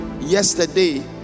yesterday